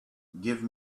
give